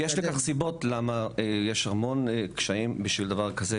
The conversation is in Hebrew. יש סיבות למה יש המון קשיים בדבר כזה.